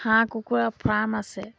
হাঁহ কুকুৰা ফাৰ্ম আছে